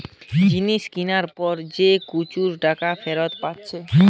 জিনিস কিনার পর যে খুচরা টাকা ফিরত পাচ্ছে